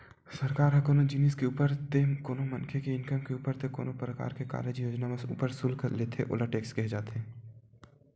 सरकार ह कोनो जिनिस के ऊपर ते कोनो मनखे के इनकम के ऊपर ते कोनो परकार के कारज योजना के ऊपर सुल्क लेथे ओला टेक्स केहे जाथे